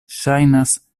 ŝajnas